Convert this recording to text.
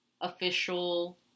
official